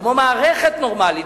כמו מערכת נורמלית,